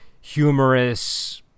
humorous